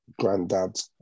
granddads